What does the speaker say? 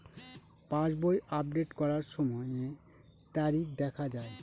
পাসবই update করার সময়ে তারিখ দেখা য়ায়?